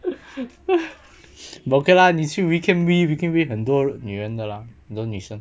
but okay lah 你去 wee kim wee wee kim wee 很多女人的啦很多女生